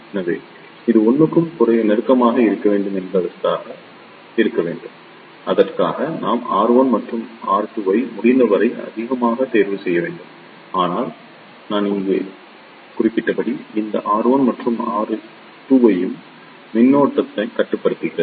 எனவே இது 1 க்கு நெருக்கமாக இருக்க வேண்டும் என்பதற்காக இருக்க வேண்டும் அதற்காக நாம் R1 மற்றும் R2 ஐ முடிந்தவரை அதிகமாக தேர்வு செய்ய வேண்டும் ஆனால் நான் இங்கே குறிப்பிட்டபடி இந்த R1 மற்றும் R2 ஆகியவையும் மின்னோட்டத்தை கட்டுப்படுத்துகிறது